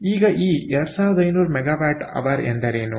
ಈಗ ಈ 2500MWH ಎಂದರೇನು